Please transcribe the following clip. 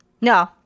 No